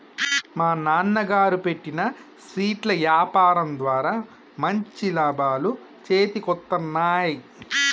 మా నాన్నగారు పెట్టిన స్వీట్ల యాపారం ద్వారా మంచి లాభాలు చేతికొత్తన్నయ్